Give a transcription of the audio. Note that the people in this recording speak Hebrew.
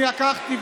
אני לקחתי,